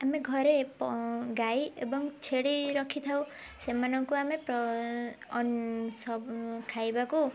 ଆମେ ଘରେ ଗାଈ ଏବଂ ଛେଳି ରଖିଥାଉ ସେମାନଙ୍କୁ ଆମେ ସବୁ ଖାଇବାକୁ